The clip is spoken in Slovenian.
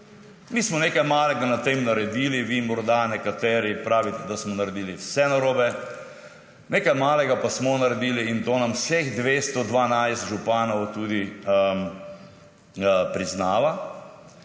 Mi smo nekaj malega na tem naredili, vi morda nekateri pravite, da smo naredili vse narobe. Nekaj malega pa smo naredili in to nam vseh 212 županov tudi priznava.